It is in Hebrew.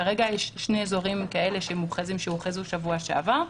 כרגע יש שני אזורים כאלה שהוכרזו בשבוע שעבר.